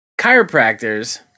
chiropractors